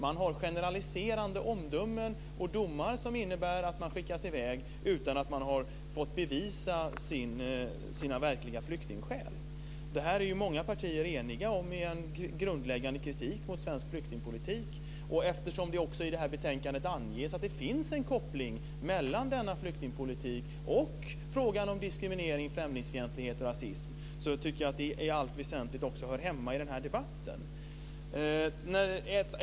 Det är generaliserande omdömen och domar som innebär att man skickas i väg utan att man har fått bevisa sina verkliga flyktingskäl. Det är många partier eniga om i en grundläggande kritik mot svensk flyktingpolitik. Eftersom det i det här betänkandet anges att det finns en koppling mellan denna flyktingpolitik och frågan om diskriminering, främlingsfientlighet och rasism tycker jag att det i allt väsentligt också hör hemma i den här debatten.